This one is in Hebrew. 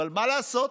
מה לעשות,